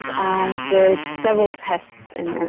i did several tests in there